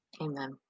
Amen